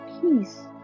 peace